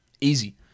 Easy